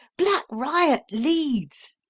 black riot leads!